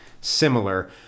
similar